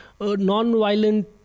non-violent